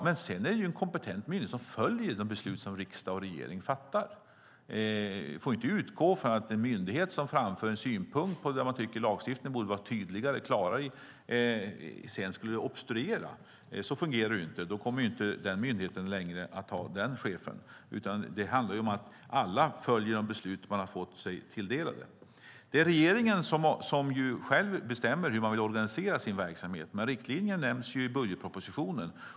Men sedan är det en kompetent myndighet som följer de beslut som riksdag och regering fattar. Vi får inte utgå från att en myndighet som framför en synpunkt på att lagstiftningen borde vara tydligare och klarare skulle obstruera. Så fungerar det inte. Då kommer denna myndighet inte längre att ha denna chef. Det handlar om att alla följer de beslut de fått sig tilldelade. Det är regeringen som själv bestämmer hur man vill organisera sin verksamhet, men riktlinjerna nämns i budgetpropositionen.